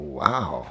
wow